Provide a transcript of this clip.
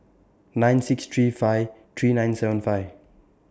nine six three five three nine seven five